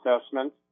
assessment